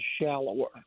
shallower